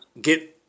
get